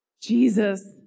Jesus